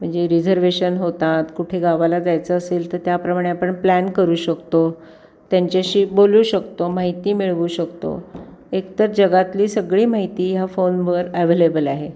म्हणजे रिझर्वेशन होतात कुठे गावाला जायचं असेल तर त्याप्रमाणे आपण प्लॅन करू शकतो त्यांच्याशी बोलू शकतो माहिती मिळवू शकतो एकतर जगातली सगळी माहिती ह्या फोनवर ॲव्हेलेबल आहे